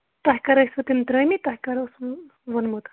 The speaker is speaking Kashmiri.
تۄہہِ کَر ٲسِوٕ تِم ترٛٲمٕتۍ تۄہہِ کَر اوسوٕ ووٚنمُت